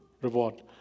reward